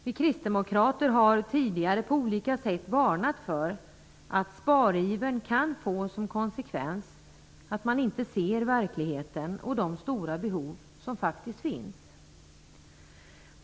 Vi kristdemokrater har tidigare på olika sätt varnat för att sparivern kan få som konsekvens att man inte ser verkligheten och de stora behov som faktiskt finns.